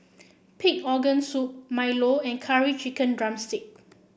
Pig Organ Soup Milo and Curry Chicken drumstick